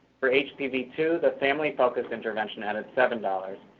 for h p v two, the family focused intervention added seven dollars,